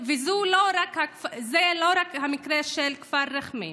וזה לא רק המקרה של כפר רכמה,